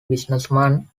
businessman